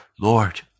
Lord